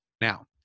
Now